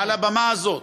מעל הבמה הזאת: